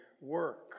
work